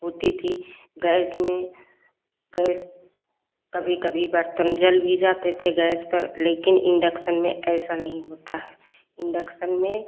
होती थी गैस में गैस कभी कभी बर्तन जल भी जाते थे गैस पर लेकिन इंडक्शन में ऐसा नहीं होता है इंडक्शन में